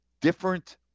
different